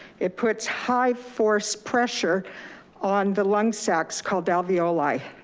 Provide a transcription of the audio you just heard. it puts high force pressure on the lung sacks called alveoli.